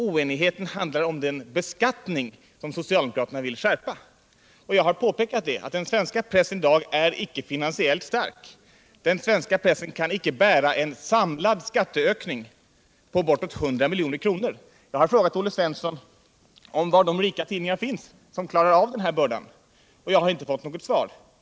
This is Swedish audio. Oenigheten handlar om den beskattning som socialdemokraterna vill skärpa, och jag har påpekat att den svenska pressen i dag icke är finansiellt stark. Den svenska pressen kan icke bära en samlad skatteökning på bortåt 100 milj.kr. Jag har frågat Olle Svensson om var de rika tidningar finns som klarar av den här bördan, och jag har inte fått något svar.